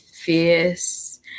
fierce